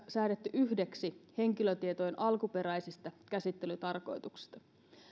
säädetty yhdeksi henkilötietojen alkuperäisistä käsittelytarkoituksista